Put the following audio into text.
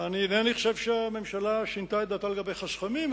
איני חושב שהממשלה שינתה את דעתה לגבי החסכמים,